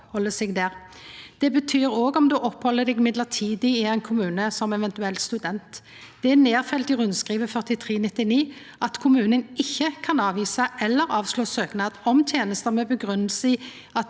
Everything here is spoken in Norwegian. Det betyr òg om ein oppheld seg midlertidig i ein kommune som eventuelt student. Det er nedfelt i rundskriv I-43/99 at kommunen ikkje kan avvisa eller avslå søknad om tenester med den grunngjeving at